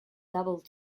double